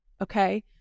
okay